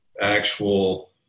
Actual